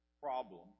problem